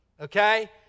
Okay